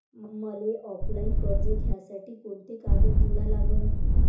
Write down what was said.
मले ऑफलाईन कर्ज घ्यासाठी कोंते कागद जोडा लागन?